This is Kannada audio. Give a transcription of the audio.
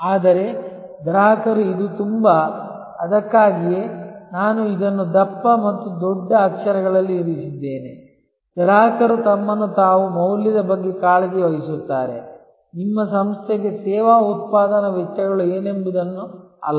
ಆದರೆ ಗ್ರಾಹಕರು ಇದು ತುಂಬಾ ಅದಕ್ಕಾಗಿಯೇ ನಾನು ಇದನ್ನು ದಪ್ಪ ಮತ್ತು ದೊಡ್ಡ ಅಕ್ಷರಗಳಲ್ಲಿ ಇರಿಸಿದ್ದೇನೆ ಗ್ರಾಹಕರು ತಮ್ಮನ್ನು ತಾವು ಮೌಲ್ಯದ ಬಗ್ಗೆ ಕಾಳಜಿ ವಹಿಸುತ್ತಾರೆ ನಿಮ್ಮ ಸಂಸ್ಥೆಗೆ ಸೇವಾ ಉತ್ಪಾದನಾ ವೆಚ್ಚಗಳು ಏನೆಂಬುದನ್ನು ಅಲ್ಲ